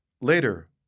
Later